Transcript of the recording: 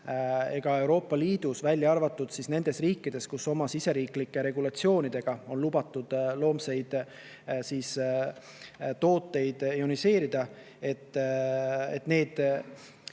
ka Euroopa Liidus, välja arvatud nendes riikides, kus oma siseriiklike regulatsioonidega on lubatud loomseid tooteid ioniseerida, see